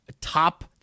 top